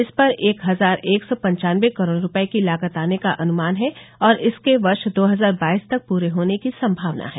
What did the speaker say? इस पर एक हजार एक सौ पंचानवे करोड़ रुपये की लागत आने का अनुमान है और इसके वर्ष दो हजार बाईस तक पूरे होने की संभावना है